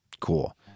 cool